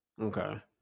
Okay